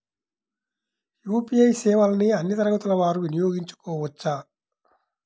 UPI సేవలని అన్నీ తరగతుల వారు వినయోగించుకోవచ్చా?